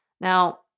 Now